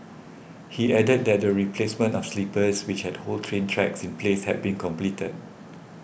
he added that the replacement of sleepers which hold train tracks in place had been completed